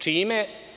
Čime?